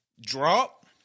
Drop